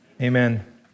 Amen